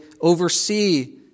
oversee